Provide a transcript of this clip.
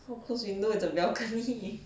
so close window it's a balcony